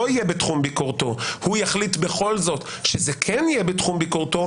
יהיה בתחום ביקורתו והוא יחליט בכל זאת שזה כן יהיה בתחום ביקורתו,